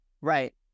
Right